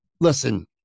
Listen